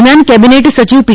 દરમિયાન કેબિનેટ સચિવ પી